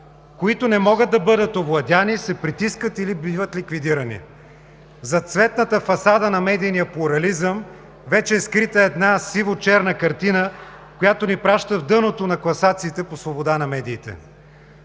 които не могат да бъдат овладяни, се притискат или биват ликвидирани. Зад цветната фасада на медийния плурализъм вече е скрита една сивочерна картина, която ни праща в дъното на класациите по свобода на медиите.